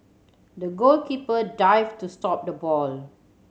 the goalkeeper dived to stop the ball